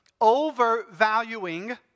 overvaluing